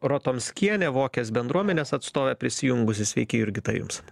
rotomskienė vokės bendruomenės atstovė prisijungusi sveiki jurgita jums